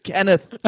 Kenneth